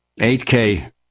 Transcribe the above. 8K